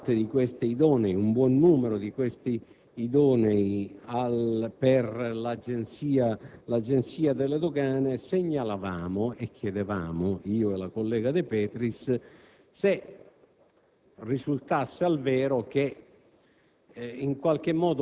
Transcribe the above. stava procedendo ad un nuovo concorso all'Agenzia delle entrate e che vi erano difficoltà per formulare una norma che consentisse di chiamare